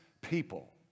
people